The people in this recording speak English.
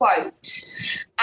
quote